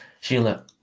Sheila